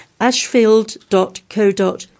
ashfield.co.uk